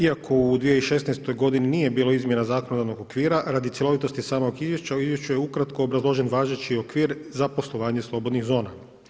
Iako u 2016. godini nije bilo izmjena zakonodavnog okvira radi cjelovitosti samog izvješća u izvješću je ukratko obrazložen važeći okvir za poslovanje slobodnih zona.